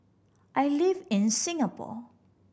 I live in Singapore